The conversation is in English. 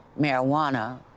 marijuana